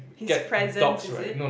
his presence is it